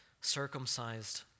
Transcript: circumcised